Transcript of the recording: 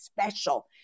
special